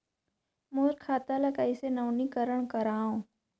मोर खाता ल कइसे नवीनीकरण कराओ?